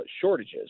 shortages